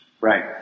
Right